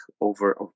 over